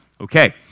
Okay